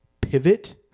pivot